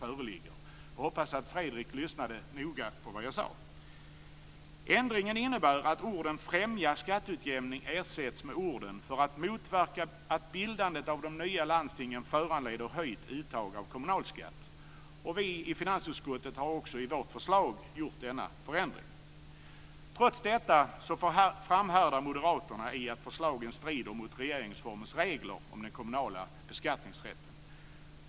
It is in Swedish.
Jag hoppas att Fredrik Reinfeldt lyssnade noga på vad jag sade. Ändringen innebär att orden "främja skatteutjämning" ersätts med orden "för att motverka att bildandet av de nya landstingen föranleder höjt uttag av kommunalskatt". Vi i finansutskottet har i vårt förslag gjort denna förändring. Trots detta framhärdar moderaterna i att förslagen strider mot regeringsformens regler om den kommunala beskattningsrätten.